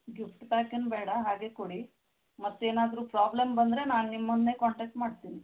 gift pack ಏನೂ ಬೇಡ ಹಾಗೆ ಕೊಡಿ ಮತ್ತು ಏನಾದರೂ ಪ್ರಾಬ್ಲಮ್ ಬಂದರೆ ನಾನು ನಿಮ್ಮನ್ನೇ ಕಾಂಟ್ಯಾಕ್ಟ್ ಮಾಡ್ತೀನಿ